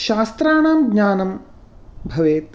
शास्त्राणां ज्ञानम् भवेत्